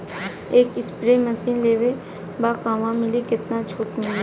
एक spray machine लेवे के बा कहवा मिली केतना छूट मिली?